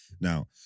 Now